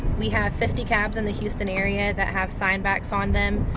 we have fifty cabs in the houston area that have sign backs on them,